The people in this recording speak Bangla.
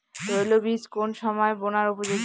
তৈল বীজ কোন সময় বোনার উপযোগী?